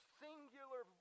singular